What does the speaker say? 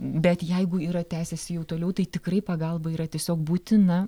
bet jeigu yra tęsiasi jau toliau tai tikrai pagalba yra tiesiog būtina